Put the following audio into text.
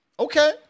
Okay